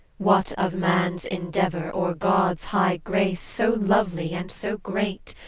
what of man's endeavour or god's high grace, so lovely and so great?